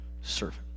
servant